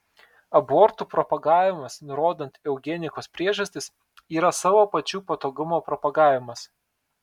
abortų propagavimas nurodant eugenikos priežastis yra savo pačių patogumo propagavimas